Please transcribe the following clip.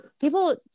people